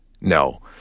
No